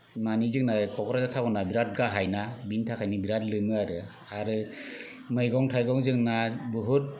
माने जोंना क'क्राझार ताउना बिराद गाहायना बिनि थाखायनो बिराद लोमो आरो आरो मैगं थाइगं जोंना बुहुद